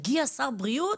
הגיע שר בריאות